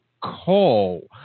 call